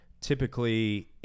typically